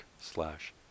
slash